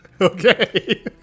Okay